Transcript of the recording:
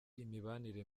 imibanire